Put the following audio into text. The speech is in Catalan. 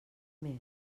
més